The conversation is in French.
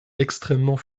extrêmement